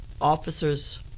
officers